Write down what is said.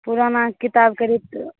पुराना किताबके रेट